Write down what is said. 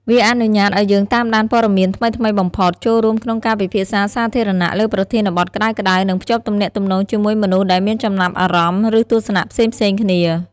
វាអនុញ្ញាតឱ្យយើងតាមដានព័ត៌មានថ្មីៗបំផុត ចូលរួមក្នុងការពិភាក្សាសាធារណៈលើប្រធានបទក្តៅៗ និងភ្ជាប់ទំនាក់ទំនងជាមួយមនុស្សដែលមានចំណាប់អារម្មណ៍ ឬទស្សនៈផ្សេងៗគ្នា។